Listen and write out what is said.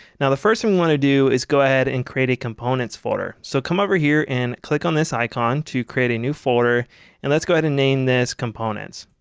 now the first thing we want to do is go ahead and create a components folder. so come over here and click on this icon to create a new folder and let's go ahead and name this components.